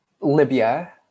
Libya